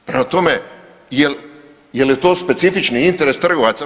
Prema tome jel je to specifični interes trgovaca?